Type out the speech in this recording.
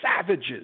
savages